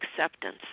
acceptance